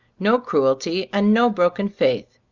no cruelty and no broken faith.